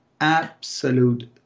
absolute